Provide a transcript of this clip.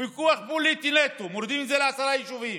ויכוח פוליטי נטו, מורידים את זה לעשרה יישובים.